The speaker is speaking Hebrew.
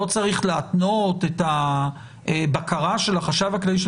לא צריך להתנות את הבקרה של החשב הכללי של